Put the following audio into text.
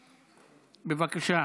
בבקשה.